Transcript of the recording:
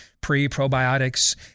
pre-probiotics